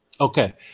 Okay